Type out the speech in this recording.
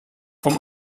vom